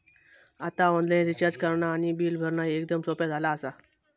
आता online recharge करणा आणि बिल भरणा एकदम सोप्या झाला आसा